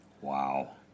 Wow